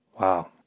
Wow